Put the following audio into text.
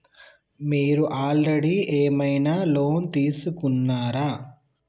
మీరు ఆల్రెడీ ఏమైనా లోన్ తీసుకున్నారా?